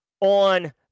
on